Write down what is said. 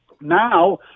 Now